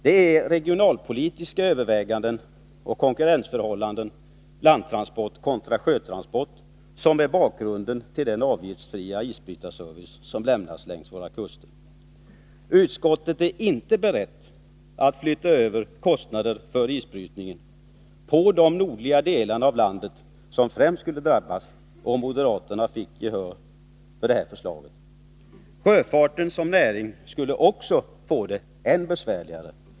Det är regionalpolitiska överväganden och konkurrensförhållandena när det gäller landtransport kontra sjötransport som är bakgrunden till den avgiftsfria isbrytarservice som lämnas längs våra kuster. Utskottet är inte berett att flytta över kostnader för isbrytningen till de nordliga delarna av landet, som främst skulle drabbas om moderaterna fick gehör för sitt förslag. Sjöfarten som näring skulle också få det än besvärligare.